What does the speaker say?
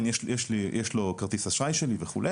כן, יש לו כרטיס אשראי שלי וכו'.